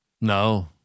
No